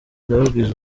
ndababwiza